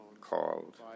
called